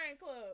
Club